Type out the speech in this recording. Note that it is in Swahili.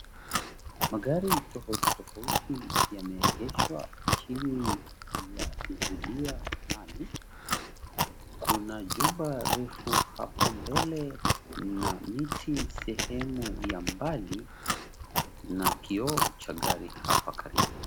Magari tofauti tofauti yameegeshwa chini ya zulia fulani kuna jumba refu hapo mbele na miti sehemu ya mbali na kioo cha gari hapa karibu.